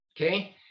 Okay